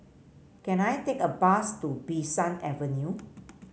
can I take a bus to Bee San Avenue